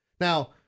Now